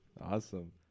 Awesome